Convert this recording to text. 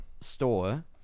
store